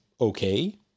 okay